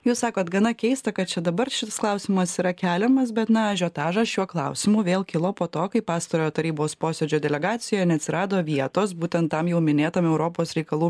jūs sakot gana keista kad čia dabar šitas klausimas yra keliamas bet na ažiotažą šiuo klausimu vėl kilo po to kai pastarojo tarybos posėdžio delegacijoje neatsirado vietos būtent tam jau minėtam europos reikalų ministrui